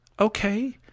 Okay